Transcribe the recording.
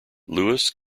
lewis